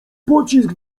pocisk